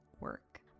work